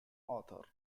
author